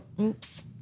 Oops